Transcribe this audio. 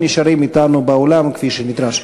נשארים אתנו באולם כפי שנדרש.